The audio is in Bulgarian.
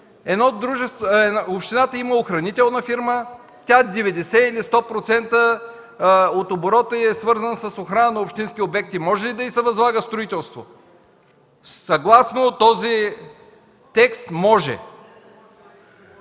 общината има охранителна фирма, чийто оборот 90 или 100% е свързан с охрана на общински обекти. Може ли да й се възлага строителство? Съгласно този текст – може!